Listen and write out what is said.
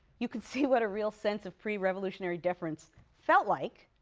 you can see what a real sense of pre-revolutionary deference felt like.